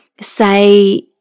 say